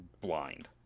blind